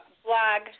blog